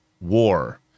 war